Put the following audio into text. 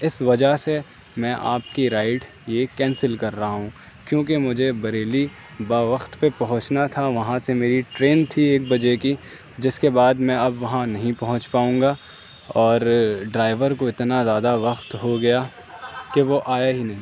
اس وجہ سے میں آپ کی رائیڈ یہ کینسل کر رہا ہوں کیوںکہ مجھے بریلی با وخت پہ پہنچنا تھا وہاں سے میری ٹرین تھی ایک بجے کی جس کے بعد میں اب وہاں نہیں پہنچ پاؤں گا اور ڈرائیور کو اتنا زیادہ وقت ہو گیا کہ وہ آیا ہی نہیں